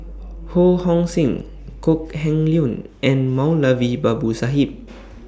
Ho Hong Sing Kok Heng Leun and Moulavi Babu Sahib